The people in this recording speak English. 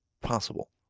possible